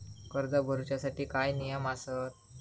कर्ज भरूच्या साठी काय नियम आसत?